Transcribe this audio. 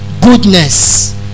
goodness